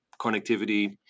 connectivity